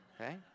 Okay